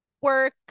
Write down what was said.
work